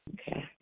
Okay